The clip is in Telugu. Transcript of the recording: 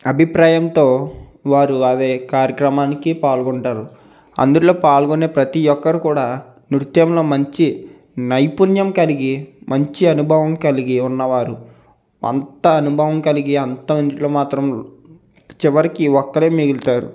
అభిప్రాయంతో వారు అదే కార్యక్రమానికి పాల్గొంటారు అందులో పాల్గొనే ప్రతి ఒక్కరు కూడా నృత్యంలో మంచి నైపుణ్యం కలిగి మంచి అనుభవం కలిగి ఉన్నవారు అంత అనుభవం కలిగి అంత ఇందులో మాత్రం చివరికి ఒక్కరే మిగులుతారు